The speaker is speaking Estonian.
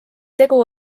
tegu